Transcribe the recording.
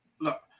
Look